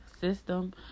system